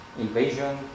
invasion